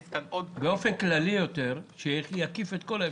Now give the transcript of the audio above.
באופן כללי יותר, שיקיף את כל האפשרויות.